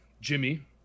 Jimmy